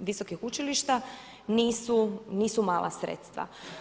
visokih učilišta nisu mala sredstva.